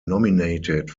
nominated